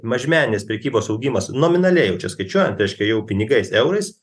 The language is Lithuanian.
mažmenės prekybos augimas nominaliai jau čia skaičiuojant reiškia jau pinigais eurais